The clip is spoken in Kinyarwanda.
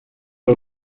w’u